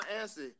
answer